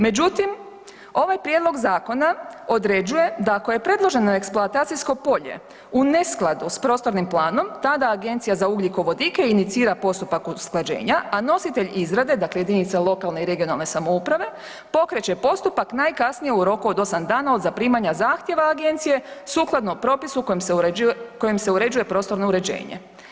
Međutim ovaj prijedlog zakona određuje da ako je predloženo eksploatacijsko polje u neskladu sa prostornim planom, tada Agencija za ugljikovodike inicira postupak usklađena a nositelj izrade, dakle jedinica lokalne i regionalne samouprave, pokreće postupak najkasnije u roku od 8 dana od zaprimanja zahtjeva agencije sukladno propisu kojim se uređuje prostorno uređenje.